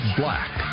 black